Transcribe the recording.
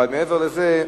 אבל מעבר לזה,